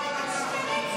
חברת הכנסת